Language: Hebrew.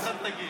אתה תגיד.